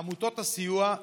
עמותות הסיוע,